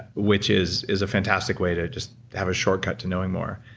which is is a fantastic way to just have a shortcut to knowing more.